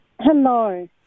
Hello